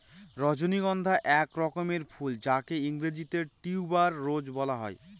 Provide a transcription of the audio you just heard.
রজনীগন্ধা এক রকমের ফুল যাকে ইংরেজিতে টিউবার রোজ বলা হয়